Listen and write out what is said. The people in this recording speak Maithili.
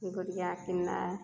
गुड़िया किननाइ